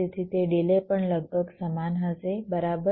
તેથી તે ડિલે પણ લગભગ સમાન હશે બરાબર